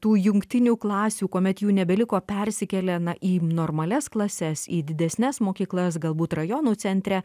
tų jungtinių klasių kuomet jų nebeliko persikėlė na į normalias klases į didesnes mokyklas galbūt rajonų centre